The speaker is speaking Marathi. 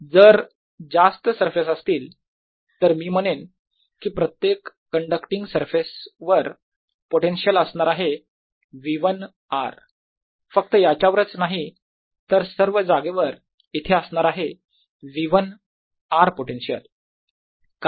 जर जास्त सरफेस असतील तर मी म्हणेन कि प्रत्येक कण्डक्टींग सरफेसवर पोटेन्शियल असणार आहे v1 r फक्त याच्यावरच नाही तर सर्व जागेवर इथे असणार आहे v1 r पोटेन्शियल